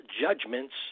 judgments